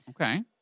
Okay